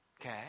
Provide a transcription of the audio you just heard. Okay